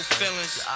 feelings